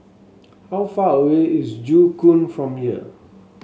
how far away is Joo Koon from here